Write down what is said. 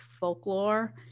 folklore